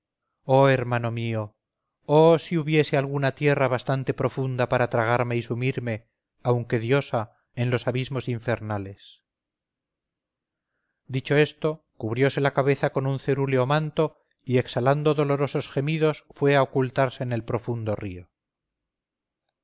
oh hermano mío oh si hubiese alguna tierra bastante profunda para tragarme y sumirme aunque diosa en los abismos infernales dicho esto cubriose la cabeza con un cerúleo manto y exhalando dolorosos gemidos fue a ocultarse en el profundo río en